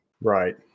right